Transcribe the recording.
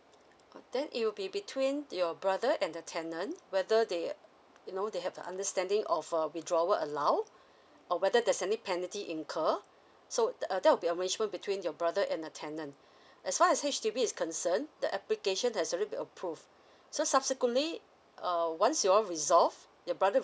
then it would be between your brother and the tenant whether they you know they have the understanding of a withdrawal allowed or whether there's any penalty incur so err there will be arrangement between your brother and the tenant as far as H_D_B is concern the application there's already been approved so subsequently err once you all resolved your brother